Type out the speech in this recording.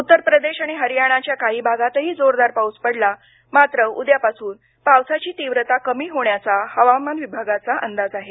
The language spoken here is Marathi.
उत्तर प्रदेश आणि हरयाणाच्या काही भागातही जोरदार पाउस पडला मात्र उद्यापासून पावसाची तीव्रता कमी होण्याचा हवामान विभागाचा अंदाज आहे